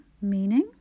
Meaning